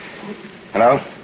Hello